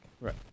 Right